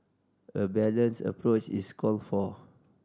a balanced approach is called for